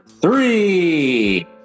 three